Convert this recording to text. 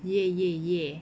ya ya ya